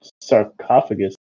sarcophagus